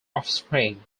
offspring